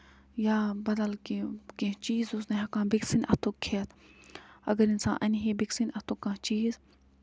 یا بدل کیٚنہہ کیٚنہہ چیٖز اوس نہٕ ہٮ۪کان بیٚکہِ سٕندِ اَتھُک کھٮ۪تھ اَگر اِنسان اَنہِ ہے بیٚکہِ سٕندِ اَتھُک کانہہ چیٖز